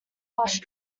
plush